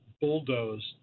bulldozed